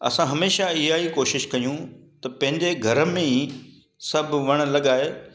असां हमेशह इहा ई कोशिश कयूं त पंहिंजे घर में ई सभु वणु लॻाए